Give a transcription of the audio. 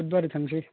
बुधबारै थांनोसै